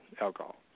alcohol